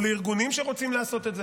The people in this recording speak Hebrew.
או לארגונים שרוצים לעשות את זה,